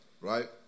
right